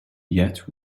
yet